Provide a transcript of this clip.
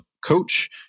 coach